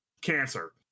cancer